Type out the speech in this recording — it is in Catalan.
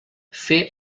fer